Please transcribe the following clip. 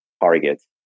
targets